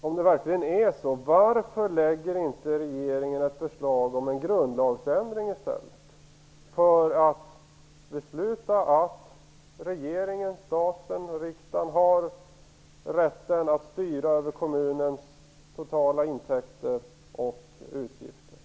Om det verkligen är så, varför lägger då inte regeringen ett förslag om en grundlagsändring i stället för att besluta att regeringen, staten och riksdagen skall ha rätten att styra över kommunernas totala intäkter och utgifter?